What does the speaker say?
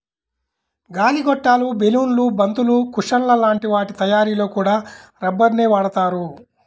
గాలి గొట్టాలు, బెలూన్లు, బంతులు, కుషన్ల లాంటి వాటి తయ్యారీలో కూడా రబ్బరునే వాడతారు